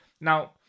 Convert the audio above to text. Now